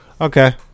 okay